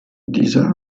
dieser